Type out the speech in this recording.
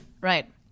Right